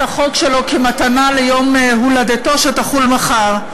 החוק שלו כמתנה ליום הולדתו שיחול מחר.